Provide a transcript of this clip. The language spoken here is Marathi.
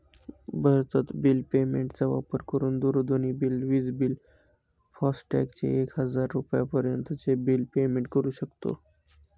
भारतत बिल पेमेंट चा वापर करून दूरध्वनी बिल, विज बिल, फास्टॅग चे एक हजार रुपयापर्यंत चे बिल पेमेंट करू शकतो